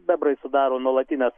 bebrai sudaro nuolatines